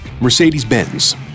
Mercedes-Benz